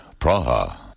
Praha